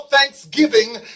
Thanksgiving